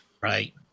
right